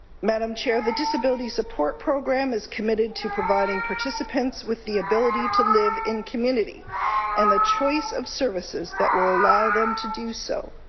madam chair, the disability support program is committed to providing participants with the ability to live in community and the choice of services that will allow them to do so.